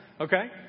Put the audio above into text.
Okay